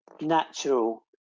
natural